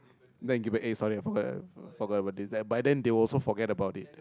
then give back eh sorry lah I forgot ah forgot about this but by then they also forget about it